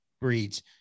breeds